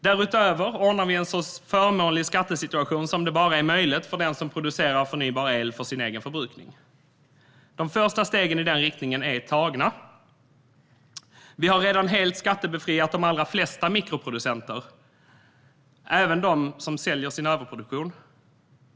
Därutöver ordnar vi en så förmånlig skattesituation som det bara är möjligt för den som producerar förnybar el för sin egen förbrukning. De första stegen i den riktningen är tagna. Vi har redan helt skattebefriat de allra flesta mikroproducenter, även dem som säljer sin överproduktion.